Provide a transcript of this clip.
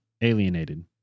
alienated